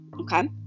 Okay